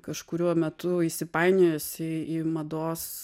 kažkuriuo metu įsipainiojusi į mados